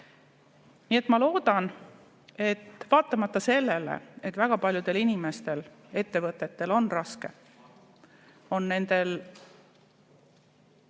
Nii et ma loodan, et vaatamata sellele, et väga paljudel inimestel ja ettevõtetel on raske, on nende